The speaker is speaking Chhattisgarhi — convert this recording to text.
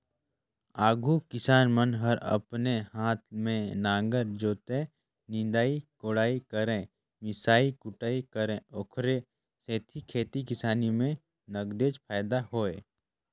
आघु किसान मन हर अपने हाते में नांगर जोतय, निंदई कोड़ई करयए मिसई कुटई करय ओखरे सेती खेती किसानी में नगदेच फायदा होय